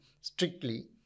strictly